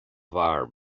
bhfear